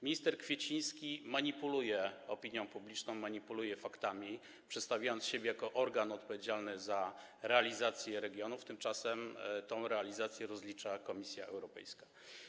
Minister Kwieciński manipuluje opinią publiczną, manipuluje faktami, przedstawiając siebie jako organ odpowiedzialny za realizację regionów, tymczasem tę realizację rozlicza Komisja Europejska.